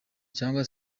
cyangwa